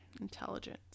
Intelligence